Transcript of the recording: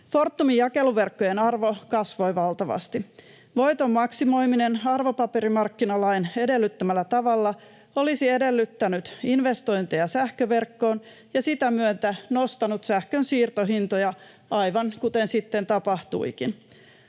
Fortumin jakeluverkkojen arvo kasvoi valtavasti. Voiton maksimoiminen arvopaperimarkkinalain edellyttämällä tavalla olisi edellyttänyt investointeja sähköverkkoon ja sen myötä nostanut sähkön siirtohintoja, aivan kuten sitten tapahtuikin.